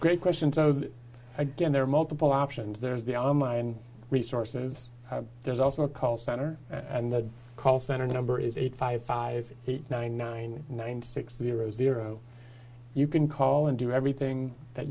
great questions so that again there are multiple options there's the online resources there's also a call center and the call center number is eight five five eight nine nine nine six zero zero you can call and do everything that